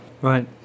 Right